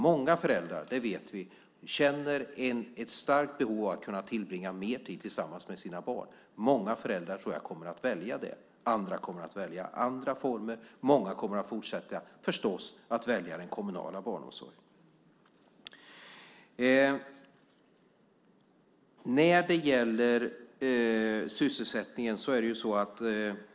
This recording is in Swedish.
Många föräldrar - det vet vi - känner ett starkt behov av att kunna tillbringa mer tid tillsammans med sina barn. Många föräldrar, tror jag, kommer att välja det. Andra kommer att välja andra former. Många kommer förstås att fortsätta att välja den kommunala barnomsorgen. Sedan gäller det sysselsättningen.